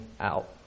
out